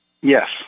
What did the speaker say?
Yes